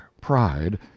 pride